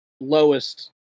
lowest